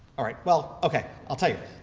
all right. well, ok, i'll tell you.